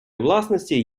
власності